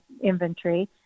inventory